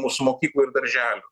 mūsų mokyklų ir darželių